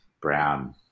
Brown